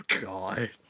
God